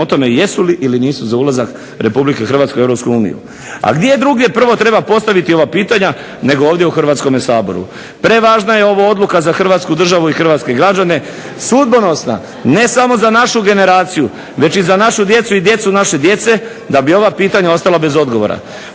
o tome jesu li ili nisu za ulazak Republike Hrvatske u Europsku uniju. A gdje drugdje prvo treba postaviti ova pitanja, nego ovdje u Hrvatskome saboru. Prevažna je ovo odluka za Hrvatsku državu i hrvatske građane. Sudbonosna ne samo za našu generaciju već i za našu djecu i djecu naše djece da bi ova pitanja ostala bez odgovora